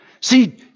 See